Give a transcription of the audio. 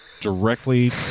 directly